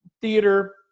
theater